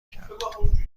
کرد